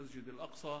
"אל-מסג'ד אל-אקצא",